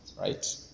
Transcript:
right